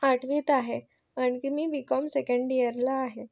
आठवीत आहे आणखी मी बी कॉम सेकंड ईयरला आहे